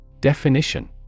Definition